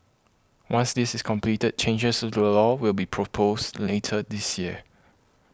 once this is completed changes to the law will be proposed later this year